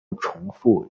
重复